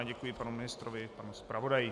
Děkuji panu ministrovi a panu zpravodaji.